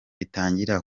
itangira